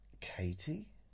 Katie